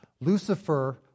Lucifer